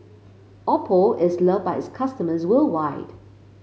Oppo is loved by its customers worldwide